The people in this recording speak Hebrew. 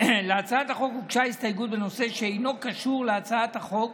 להצעת החוק הוגשה הסתייגות בנושא שאינו קשור להצעת החוק